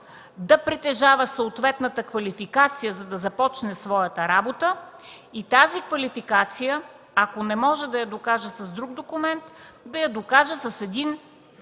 да притежава съответната квалификация, за да започне своята работа, и тази квалификация, ако не може да я докаже с друг документ, да я докаже с един изпит,